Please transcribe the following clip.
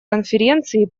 конференции